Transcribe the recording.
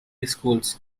schools